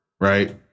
right